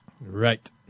Right